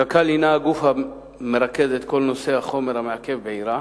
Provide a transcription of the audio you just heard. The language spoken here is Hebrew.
קק"ל היא הגוף המרכז את כל נושא החומר המעכב בעירה.